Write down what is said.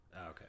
Okay